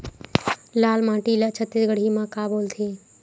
लाल माटी ला छत्तीसगढ़ी मा का बोलथे?